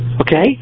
okay